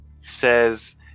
says